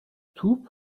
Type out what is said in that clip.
توپ